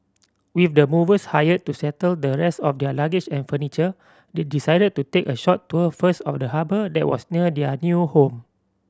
with the movers hired to settle the rest of their luggage and furniture they decided to take a short tour first of the harbour that was near their new home